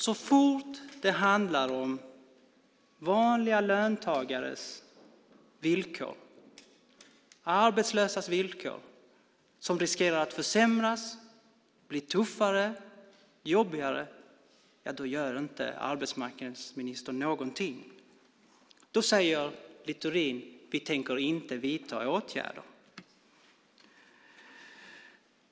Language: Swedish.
Så fort det handlar om vanliga löntagares villkor, arbetslösas villkor som riskerar att försämras och bli tuffare och jobbigare, gör arbetsmarknadsministern inte någonting. Då säger Littorin: Vi tänker inte vidta åtgärder.